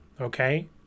okay